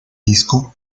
disco